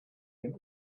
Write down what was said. den